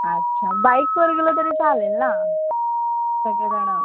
अच्छा बाईकवर गेलं तरी चालेल ना सगळेजणं